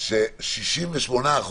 ש-68%